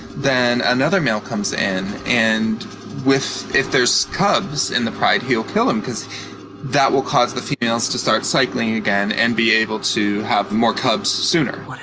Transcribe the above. then another male comes in and if there's cubs in the pride, he'll kill them, because that will cause the females to start cycling again and be able to have more cubs sooner.